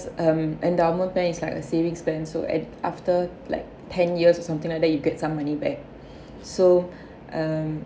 um endowment plan is like a savings plan so at after like ten years or something like that you get some money back so um